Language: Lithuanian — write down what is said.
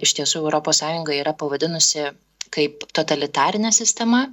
iš tiesų europos sąjungą yra pavadinusi kaip totalitarinę sistemą